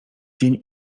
dzień